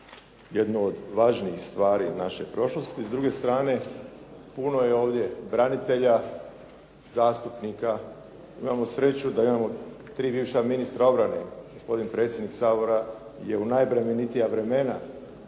jednu od važnijih stvari naše prošlosti. S druge strane, puno je ovdje branitelja zastupnika, imamo sreću da imamo 3 bivša ministra obrane, gospodin predsjednik Sabora je u najbremenitija vremena,